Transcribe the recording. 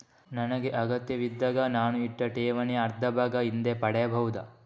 ನನಗೆ ಅಗತ್ಯವಿದ್ದಾಗ ನಾನು ಇಟ್ಟ ಠೇವಣಿಯ ಅರ್ಧಭಾಗ ಹಿಂದೆ ಪಡೆಯಬಹುದಾ?